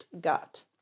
gut